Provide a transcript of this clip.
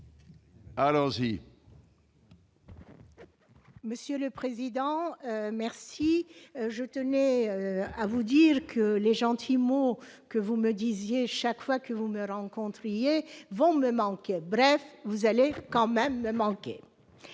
vote. Monsieur le président, je tenais à vous dire que les gentils mots que vous m'adressiez chaque fois que vous me rencontriez vont me manquer. En somme, vous allez quand même me manquer